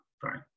Sorry